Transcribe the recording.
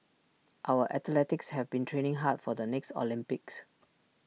our athletes have been training hard for the next Olympics